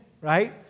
right